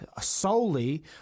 solely